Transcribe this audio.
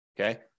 Okay